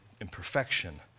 imperfection